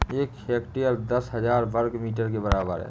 एक हेक्टेयर दस हजार वर्ग मीटर के बराबर है